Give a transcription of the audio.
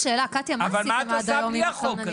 קטיה, מה עשיתם עד היום עם הכוננים?